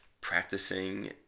practicing